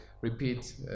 repeat